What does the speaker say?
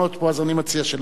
אז אני מציע שלא נדבר.